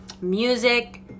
music